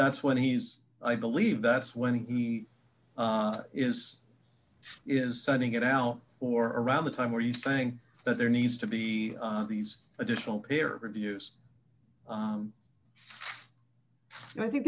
that's when he's i believe that's when he is is sending it out or around the time are you saying that there needs to be these additional care reviews and i think